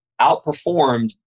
outperformed